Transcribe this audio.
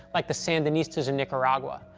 like the sandinistas in nicaragua,